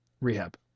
rehab